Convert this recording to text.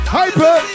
hyper